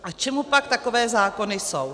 A k čemu pak takové zákony jsou?